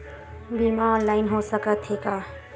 बीमा ऑनलाइन हो सकत हे का?